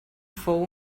fou